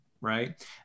right